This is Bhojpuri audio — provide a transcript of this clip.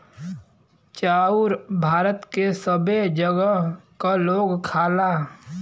चाउर भारत के सबै जगह क लोग खाला